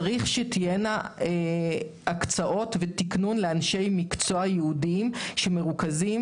צריך שתהיינה הקצאות ותקנון לאנשי מקצוע ייעודיים שמרוכזים